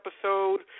episode